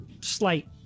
slight